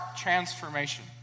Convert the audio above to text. transformation